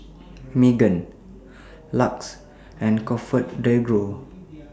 Megan LUX and ComfortDelGro